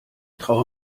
traue